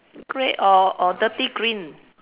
grey or or dirty green